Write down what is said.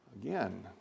Again